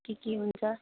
के के हुन्छ